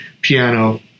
piano